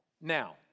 now